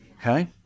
okay